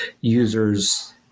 users